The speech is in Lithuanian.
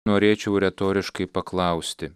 norėčiau retoriškai paklausti